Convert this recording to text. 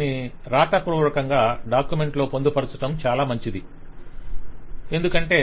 వీటిని వ్రాతతపూర్వకంగా డాక్యుమెంట్ లో పొందుపరచటం చాలా మంచిది ఎందుకంటే